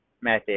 method